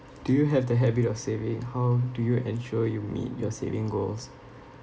do you have the habit of saving how do you ensure you meet your saving goals